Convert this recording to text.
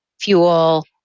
fuel